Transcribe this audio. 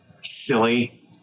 Silly